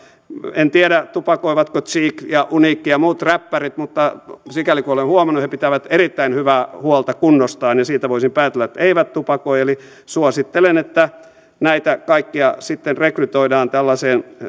en tiedä tupakoivatko cheek ja uniikki ja muut räppärit mutta sikäli kuin olen huomannut he pitävät erittäin hyvää huolta kunnostaan ja siitä voisin päätellä että eivät tupakoi suosittelen että näitä kaikkia sitten rekrytoidaan tällaiseen